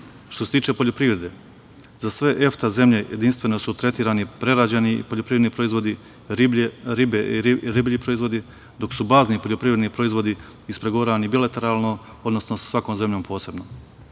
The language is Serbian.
se tiče poljoprivrede, za sve EFTA zemlje jedinstveno su tretirani prerađeni poljoprivredni proizvodi, riblji proizvodi, dok su bazni poljoprivredni proizvodi ispregovarani bilateralno, odnosno sa svakom zemljom posebno.